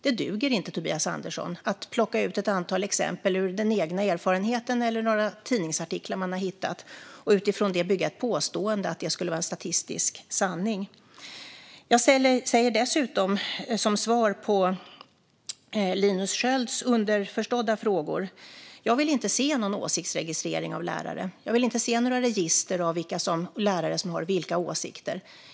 Det duger inte, Tobias Andersson, att plocka ut ett antal exempel ur den egna erfarenheten eller några tidningsartiklar man har hittat och utifrån det bygga ett påstående om att det skulle vara en statistisk sanning. Jag säger dessutom som svar på Linus Skölds underförstådda frågor att jag inte vill se någon åsiktsregistrering av lärare, och jag vill inte se några register av vilka lärare som har vilka åsikter.